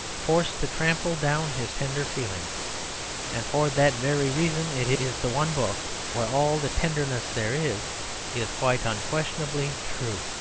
forced to trample down his tender feelings and for that very reason it is the one book where all the tenderness there is is quite unquestionably true.